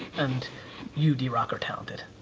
and you, drock, are talented.